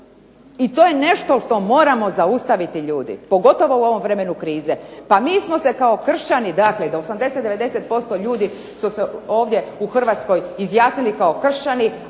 I to je nešto što moramo zaustaviti ljudi, pogotovo u ovom vremenu krize. Pa mi se kao kršćani dakle do 80%, 90% ljudi su se ovdje u Hrvatskoj izjasnili kao kršćani,